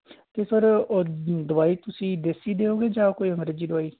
ਅਤੇ ਸਰ ਉਹ ਦਵਾਈ ਤੁਸੀਂ ਦੇਸੀ ਦੇਓਗੇ ਜਾਂ ਕੋਈ ਮਰਜ਼ੀ ਦਵਾਈ